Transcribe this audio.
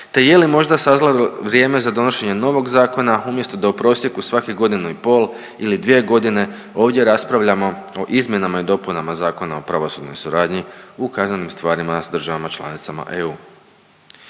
te je li možda sazrjelo vrijeme za donošenje novog zakona umjesto da u prosijeku svake godinu i pol ili 2.g. ovdje raspravljamo o izmjenama i dopunama Zakona o pravosudnoj suradnji u kaznenim stvarima s državama članicama EU?